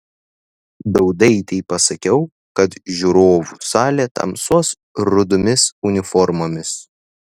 daudaitei pasakiau kad žiūrovų salė tamsuos rudomis uniformomis